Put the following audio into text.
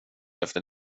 efter